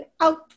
out